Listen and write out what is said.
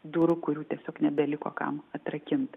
durų kurių tiesiog nebeliko kam atrakint